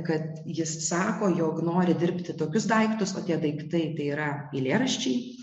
kad jis sako jog nori dirbti tokius daiktus o tie daiktai tai yra eilėraščiai